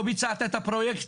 לא ביצעת את הפרויקט,